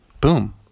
Boom